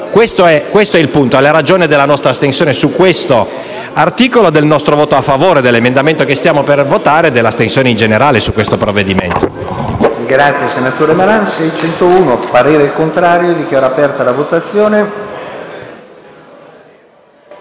questo è il punto ed è la ragione della nostra astensione su questo articolo, del nostro voto a favore dell'emendamento che stiamo per votare e della nostra astensione in generale su questo provvedimento.